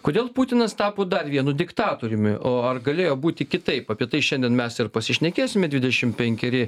kodėl putinas tapo dar vienu diktatoriumi ar galėjo būti kitaip apie tai šiandien mes ir pasišnekėsime dvidešim penkeri